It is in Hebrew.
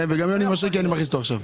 כן, וגם יוני משה כי אני מכניס אותו עכשיו.